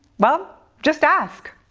well, just ask!